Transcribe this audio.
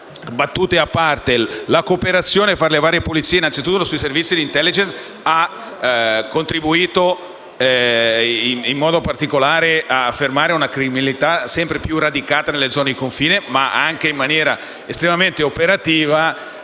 invece che la cooperazione fra le varie polizie e tra i servizi di *intelligence* abbia contribuito in modo particolare a fermare una criminalità sempre più radicata nelle zone di confine ma anche, in maniera estremamente operativa,